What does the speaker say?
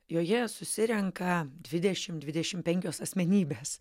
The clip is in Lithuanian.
joje susirenka dvidešimt dvidešimt penkios asmenybės